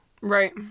Right